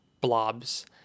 blobs